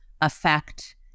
affect